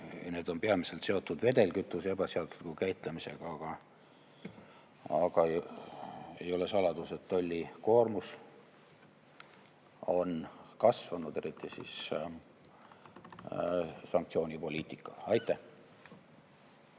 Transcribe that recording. Need on peamiselt seotud vedelkütuse ebaseadusliku käitlemisega. Aga ei ole saladus, et tolli koormus on kasvanud eriti sanktsioonipoliitika tõttu.